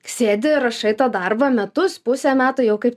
sėdi rašai tą darbą metus pusę metų jau kaip